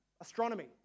astronomy